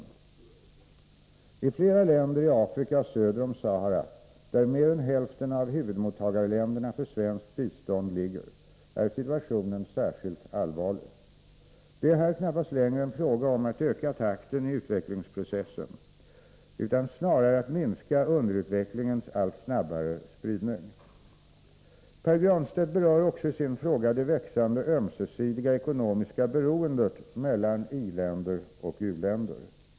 ka utvecklingen i I flera länder i Afrika söder om Sahara, där mer än hälften av huvudmottagarländerna för svenskt bistånd ligger, är situationen särskilt allvarlig. Det är här knappast längre en fråga om att öka takten i utvecklingsprocessen, utan snarare att minska underutvecklingens allt snabbare spridning. Pär Granstedt berör också i sin fråga det växande ömsesidiga ekonomiska beroendet mellan ioch u-länder.